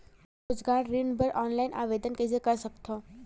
मैं रोजगार ऋण बर ऑनलाइन आवेदन कइसे कर सकथव?